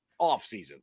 offseason